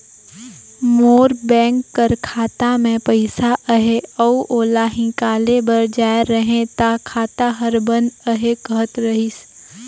मोर bank कर खाता में पइसा अहे अउ ओला हिंकाले बर जाए रहें ता खाता हर बंद अहे कहत रहिस